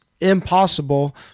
impossible